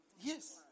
Yes